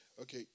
Okay